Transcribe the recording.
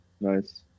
Nice